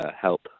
help